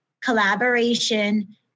collaboration